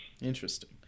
Interesting